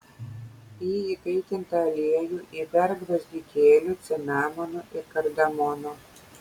į įkaitintą aliejų įberk gvazdikėlių cinamono ir kardamono